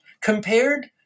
compared